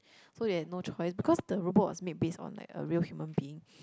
so they have no choice because the robot was made based on like a real human being